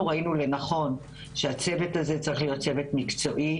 אנחנו ראינו לנכון שהצוות הזה צריך להיות צוות מקצועי.